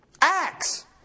Acts